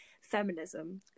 Feminism